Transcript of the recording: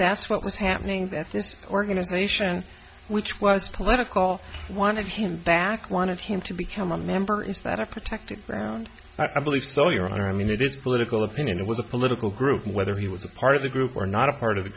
that's what was happening that this organization which was political wanted him back wanted him to become a member instead of protecting ground i believe so your honor i mean it is political opinion it was a political group whether he was a part of the group or not a part of the